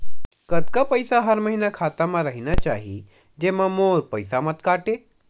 कतका पईसा हर महीना खाता मा रहिना चाही जेमा मोर पईसा मत काटे?